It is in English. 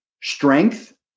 Strength